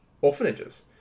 orphanages